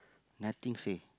nothing say